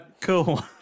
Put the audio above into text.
Cool